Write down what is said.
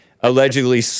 allegedly